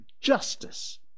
justice